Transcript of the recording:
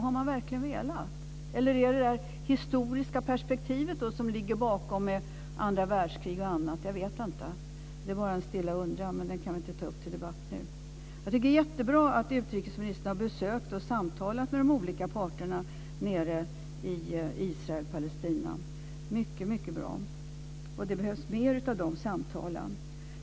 Har man verkligen velat eller är det detta historiska perspektiv som ligger bakom, detta med andra världskriget och annat? Jag vet inte. Det är bara en stilla undran, men den kan vi inte ta upp i debatten nu. Jag tycker att det är jättebra att utrikesministern har besökt och samtalat med de olika parterna nere i Israel-Palestina. Det är mycket bra, och det behövs mer av sådana samtal.